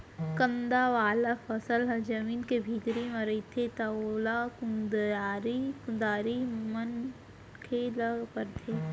कांदा वाला फसल ह जमीन के भीतरी म रहिथे त ओला कुदारी म खने ल परथे